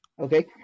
Okay